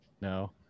No